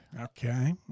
Okay